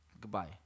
goodbye